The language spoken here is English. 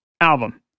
album